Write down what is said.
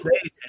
face